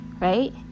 Right